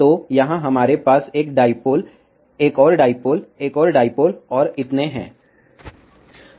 तो यहाँ हमारे पास एक डाईपोल एक और डाईपोल एक और डाईपोल और इतने है